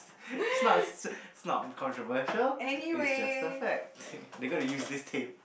is not a is not controversial it's just the fact they're gonna use this tape